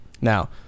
Now